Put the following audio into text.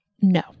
No